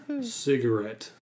Cigarette